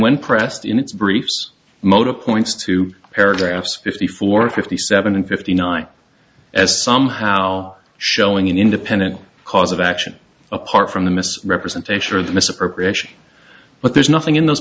its briefs mota points to paragraphs fifty four fifty seven and fifty nine as somehow showing an independent cause of action apart from the mis representation of the misappropriation but there's nothing in those